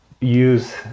use